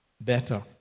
better